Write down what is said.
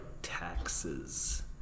Taxes